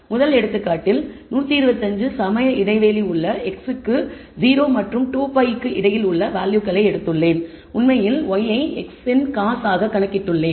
முதல் எடுத்துக்காட்டில் 125 சம இடைவெளி உள்ள x க்கு 0 மற்றும் 2π க்கு இடையில் உள்ள வேல்யூகளை எடுத்துள்ளேன் உண்மையில் y ஐ x இன் cos ஆக கணக்கிட்டுள்ளேன்